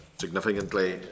significantly